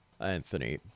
Anthony